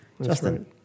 Justin